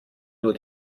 nur